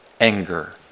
anger